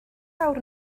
awr